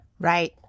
Right